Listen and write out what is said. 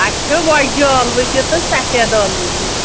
اَسہِ چھِ وۄجہِ ٲلوٕ تہِ تہٕ سَفید ٲلوٕ تہِ